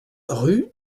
rue